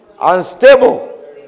unstable